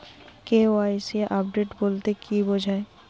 KYC update বলতে কি বোঝায়?